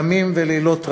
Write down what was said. ימים ולילות רבים,